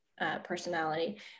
personality